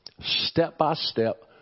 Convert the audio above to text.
step-by-step